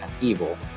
evil